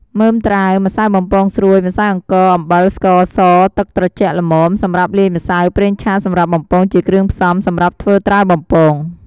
មើមត្រាវ ម្សៅបំពងស្រួយ ម្សៅអង្ករ អំបិល ស្ករស ទឹកត្រជាក់ល្មម សម្រាប់លាយម្សៅ ប្រេងឆាសម្រាប់បំពងជាគ្រឿងផ្សំ សម្រាប់ធ្វើត្រាវបំពង។